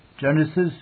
Genesis